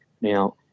Now